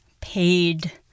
paid